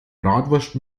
bratwurst